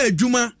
juma